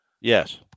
Yes